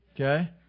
Okay